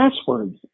passwords